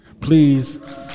Please